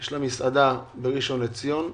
יש לה מסעדה בראשון לציון.